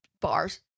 bars